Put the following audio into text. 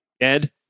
Ed